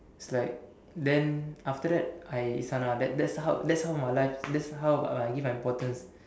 is like then after that I Isana that that's how that's how my life that's how I give my importance